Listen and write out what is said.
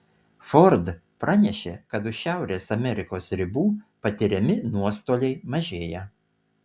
ford pranešė kad už šiaurės amerikos ribų patiriami nuostoliai mažėja